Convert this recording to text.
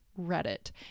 reddit